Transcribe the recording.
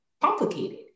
complicated